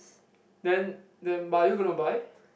then then but are you gonna buy